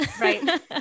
Right